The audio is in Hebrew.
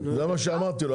מה זה כמה שנים?